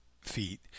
feet